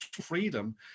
freedom